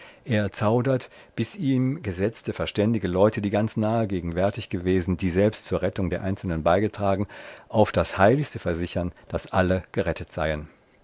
er zaudert bis ihm gesetzte verständige leute die ganz nahe gegenwärtig gewesen die selbst zur rettung der einzelnen beigetragen auf das heiligste versichern daß alle gerettet seien